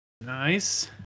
Nice